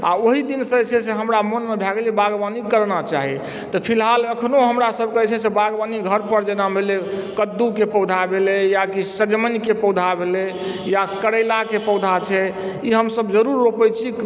आ ओहि दिनसँ जे छै से हमरा मोनमे भए गेल जे बागवानी करना चाही तऽ फिलहाल अखनो हमरा सभकेँ जे छै से बागवानी घर पर जेना भेलय कद्दूके पौधा भेलय फिर सजमनिके पौधा भेलय या करेलाके पौधा छै ई हमसभ जरूर रोपय छी